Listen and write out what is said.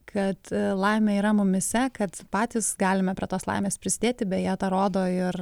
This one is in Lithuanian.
kad laimė yra mumyse kad patys galime prie tos laimės prisidėti beje tą rodo ir